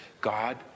God